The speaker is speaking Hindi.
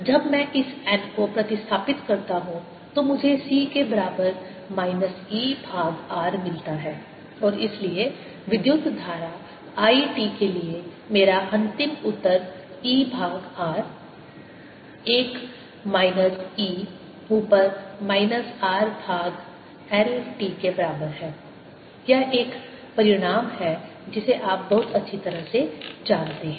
जब मैं इस n को प्रतिस्थापित करता हूं तो मुझे C के बराबर माइनस E भाग R मिलता है और इसलिए विद्युत धारा I t के लिए मेरा अंतिम उत्तर E भाग R 1 माइनस e ऊपर माइनस R भाग L t के बराबर है यह एक परिणाम है जिसे आप बहुत अच्छी तरह से जानते हैं